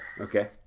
okay